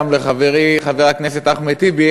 גם לחברי חבר הכנסת אחמד טיבי,